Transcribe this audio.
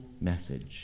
message